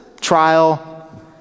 Trial